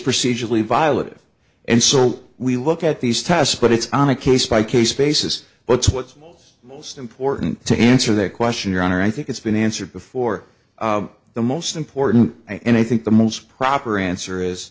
procedurally violet and so we look at these tasks but it's on a case by case basis what's what's most important to answer that question your honor i think it's been answered before the most important and i think the most proper answer is